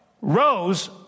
rose